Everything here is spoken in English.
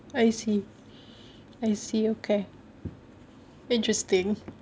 I see I see okay interesting